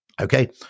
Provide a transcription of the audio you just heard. okay